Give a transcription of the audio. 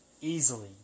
easily